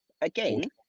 again